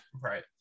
Right